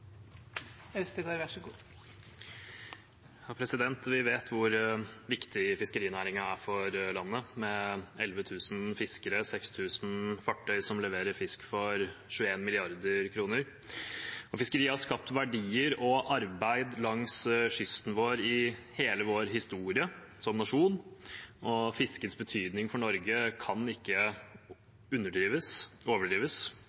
landet, med 11 000 fiskere og 6 000 fartøy som leverer fisk for 21 mrd. kr. Fiskeriet har skapt verdier og arbeid langs kysten vår i hele vår historie som nasjon, og fiskets betydning for Norge kan ikke overdrives